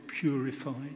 purified